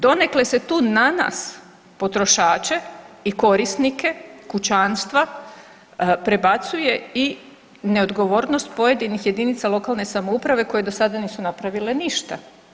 Donekle se tu na nas potrošače i korisnike kućanstva prebacuje i neodgovornost pojedinih jedinica lokalne samouprave koje do sada nisu napravile ništa.